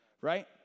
right